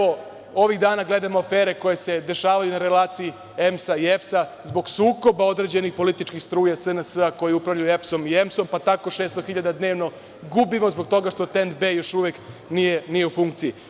Ovih dana gledamo afere koje se dešavaju na relaciji EMS i EPS, zbog sukoba određenih političkih struja SNS, koje upravljaju EPS i EMS, pa tako 600.000 dnevno gubimo zbog toga što TENT B još uvek nije u funkciji.